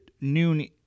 noon